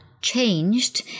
changed